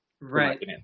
Right